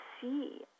see